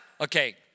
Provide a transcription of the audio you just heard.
Okay